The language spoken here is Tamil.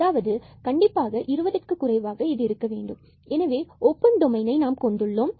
அதாவது கண்டிப்பாக 20 ற்கு குறைவாக இருக்க வேண்டும் எனவே ஓபன் டொமைனை நாம் கொண்டுள்ளோம்